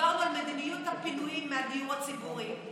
דיברנו על מדיניות הפינויים מהדיור הציבורי.